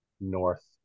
north